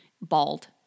bald